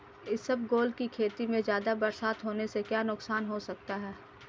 इसबगोल की खेती में ज़्यादा बरसात होने से क्या नुकसान हो सकता है?